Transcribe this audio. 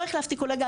לא החלפתי קולגה,